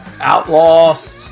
outlaws